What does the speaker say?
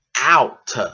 out